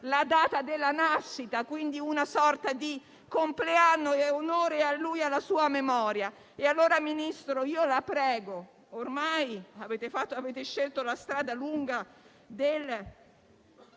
la data della nascita. È quindi una sorta di compleanno: onore a lui e alla sua memoria. Signor Ministro, la prego: ormai avete scelto la strada lunga del